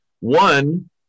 One